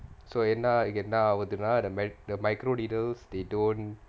so என்னா அதுக்கு என்னாவுதுன்னா:ennaa athukku ennaavuthunnaa the micro leaders they don't